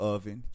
Oven